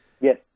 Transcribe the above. Yes